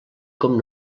com